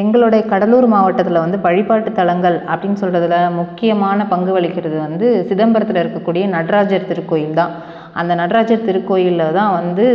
எங்களுடைய கடலூர் மாவட்டத்தில் வந்து வழிபாட்டுத்தலங்கள் அப்படின்னு சொல்கிறதுல முக்கியமான பங்கு வகிக்கிறது வந்து சிதம்பரத்தில் இருக்கக்கூடிய நடராஜர் திருக்கோயில் தான் அந்த நடராஜர் திருக்கோயிலில் தான் வந்து